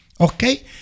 okay